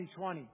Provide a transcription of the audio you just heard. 2020